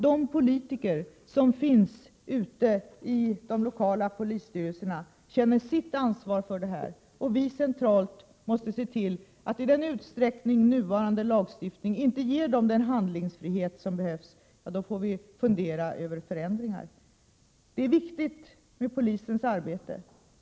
De politiker som finns ute i de lokala polisstyrelserna måste känna sitt ansvar för detta, och vi måste centralt se till att vi — i den mån inte nuvarande lagstiftning ger den handlingsfrihet som behövs — funderar över förändringar. Polisens arbete är viktigt.